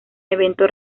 evento